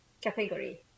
category